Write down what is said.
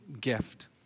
gift